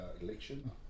election